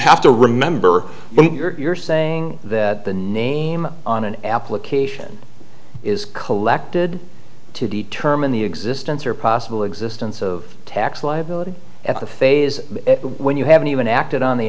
have to remember when you're saying that the name on an application is collected to determine the existence or possible existence of tax liability at the phase when you haven't even acted on the